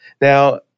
Now